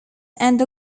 and